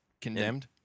Condemned